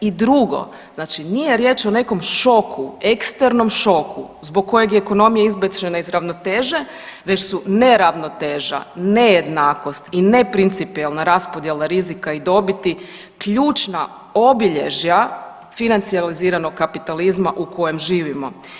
I drugo, znači nije riječ o nekom šoku eksternom šoku zbog kojeg je ekonomija izbačena iz ravnoteže već su neravnoteža, nejednakost i neprincipijelna raspodjela rizika i dobiti ključna obilježja financijaliziranog kapitalizma u kojem živimo.